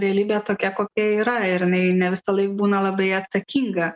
realybė tokia kokia yra ir jinai ne visąlaik būna labai atsakinga